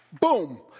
Boom